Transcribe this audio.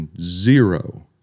zero